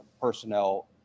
personnel